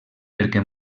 perquè